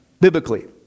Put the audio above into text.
biblically